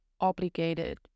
obligated